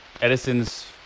Edison's